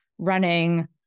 running